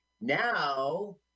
now